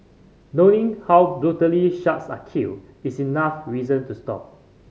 knowing how brutally sharks are killed is enough reason to stop